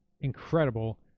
incredible